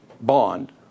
bond